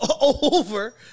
over